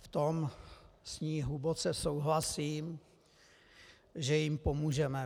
V tom s ní hluboce souhlasím, že jim pomůžeme.